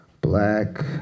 black